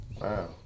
Wow